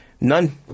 None